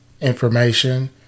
information